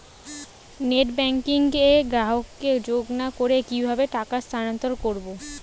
Net banking এ গ্রাহককে যোগ না করে কিভাবে টাকা স্থানান্তর করব?